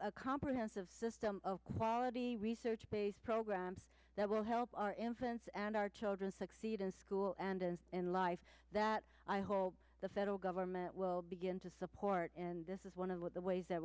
a comprehensive system of quality research based programs that will help our infants and our children succeed in school and and in life that i hope the federal government will begin to support and this is one of the ways that